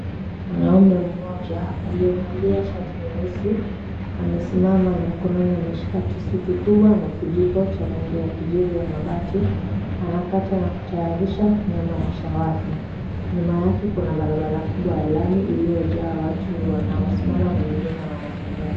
Mwanaume mmoja aliyevaa shati nyeusi amesimama na mkononi ameshika kisu kikubwa na kijiko cha rangi ya kijivu ya mabati. Anakata na kutayarisha nyama ya shawarma. Nyuma yake kuna barabara kubwa ya lami iliyojaa watu wanaosimama na wengine wanatembea.